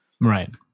Right